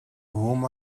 whom